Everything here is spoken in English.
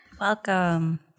Welcome